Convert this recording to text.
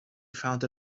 found